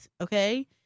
okay